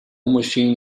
machine